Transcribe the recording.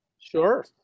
Sure